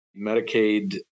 Medicaid